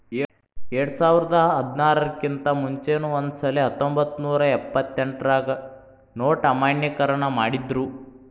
ಎರ್ಡ್ಸಾವರ್ದಾ ಹದ್ನಾರರ್ ಕಿಂತಾ ಮುಂಚೆನೂ ಒಂದಸಲೆ ಹತ್ತೊಂಬತ್ನೂರಾ ಎಪ್ಪತ್ತೆಂಟ್ರಾಗ ನೊಟ್ ಅಮಾನ್ಯೇಕರಣ ಮಾಡಿದ್ರು